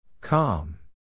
Calm